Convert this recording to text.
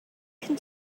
can